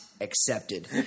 accepted